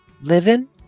living